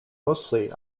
mostly